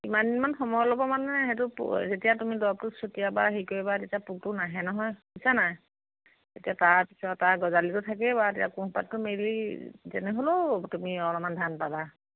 কিমান দিনমান সময় ল'ব মানে সেইটো যেতিয়া তুমি দৰবতো ছটিয়াবা হেৰি কৰিবা তেতিয়া পোকটো নাহে নহয় বুজিচানে নাই তেতিয়া তাত তাৰ গঁজালিটো থাকেই বাৰু তেতিয়া তাত কুঁহিপাতটো মেলি যেনে হ'লেও তুমি অলপমান ধান পাবা